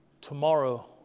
tomorrow